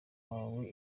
wawe